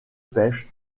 pêche